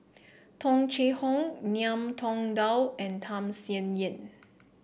Tung Chye Hong Ngiam Tong Dow and Tham Sien Yen